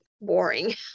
boring